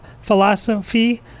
philosophy